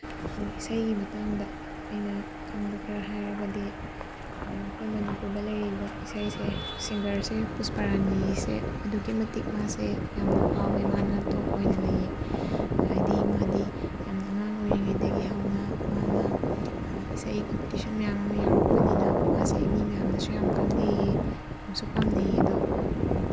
ꯏꯁꯩꯒꯤ ꯃꯇꯥꯡꯗ ꯑꯩꯅ ꯈꯪꯕ ꯈꯔ ꯍꯥꯏꯔꯒꯗꯤ ꯑꯩꯈꯣꯏ ꯃꯅꯤꯄꯨꯔꯗ ꯂꯩꯔꯤꯕ ꯏꯁꯩꯁꯦ ꯁꯤꯡꯒꯔꯁꯦ ꯄꯨꯁꯄꯔꯥꯅꯤꯁꯦ ꯑꯗꯨꯛꯀꯤ ꯃꯇꯤꯛ ꯃꯥꯁꯦ ꯌꯥꯝꯅ ꯐꯥꯎꯋꯦ ꯃꯥꯅ ꯇꯣꯞ ꯑꯣꯏꯅ ꯂꯩꯌꯦ ꯍꯥꯏꯗꯤ ꯃꯥꯗꯤ ꯌꯥꯝꯅ ꯑꯉꯥꯡ ꯑꯣꯏꯔꯤꯉꯩꯗꯒꯤ ꯍꯧꯅ ꯃꯥꯅ ꯏꯁꯩ ꯀꯝꯄꯤꯇꯤꯁꯟ ꯃꯌꯥꯝ ꯑꯃ ꯌꯥꯎꯔꯛꯄꯅꯤꯅ ꯃꯥꯁꯦ ꯃꯤ ꯃꯌꯥꯝꯅꯁꯨ ꯌꯥꯝ ꯈꯪꯅꯩꯌꯦ ꯌꯥꯝꯁꯨ ꯄꯥꯝꯅꯩꯌꯦ ꯑꯗꯣ